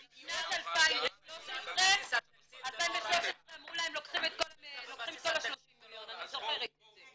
בשנת 2013 אמרו להם "לוקחים את כל ה-30 מיליון" אני זוכרת את זה.